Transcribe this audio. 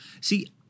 See